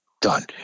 done